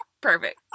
Perfect